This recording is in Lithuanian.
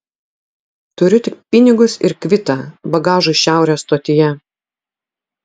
turiu tik pinigus ir kvitą bagažui šiaurės stotyje